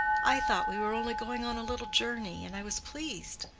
i thought we were only going on a little journey and i was pleased.